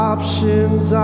Options